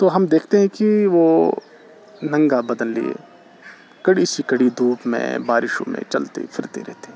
تو ہم دیکھتے ہیں کہ وہ ننگا بدن لیے کڑی سے کڑی دھوپ میں بارشوں میں چلتے پھرتے رہتے ہیں